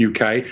UK